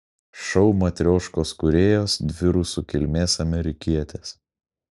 šou matrioškos kūrėjos dvi rusų kilmės amerikietės